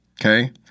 okay